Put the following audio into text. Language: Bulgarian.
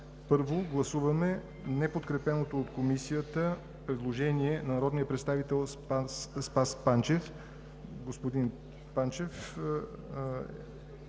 Първо гласуваме неподкрепеното от Комисията предложение на народния представител Спас Панчев. Той има